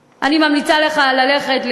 ממלכתית,